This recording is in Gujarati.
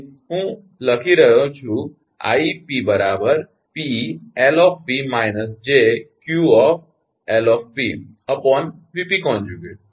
તેથી હું અહીં લખી રહ્યો છું 𝑖𝑝 𝑃𝐿𝑝 − 𝑗𝑄𝐿𝑝 𝑉𝑝∗